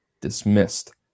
dismissed